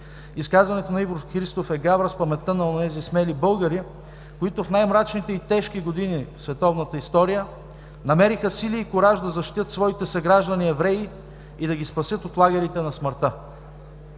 Изказването на Иво Христов е гавра с паметта на онези смели българи, които в най-мрачните и тежки години в световната история намериха сили и кураж да защитят своите съграждани евреи и да ги спасят от лагерите на смъртта.